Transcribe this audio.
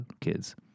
kids